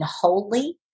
holy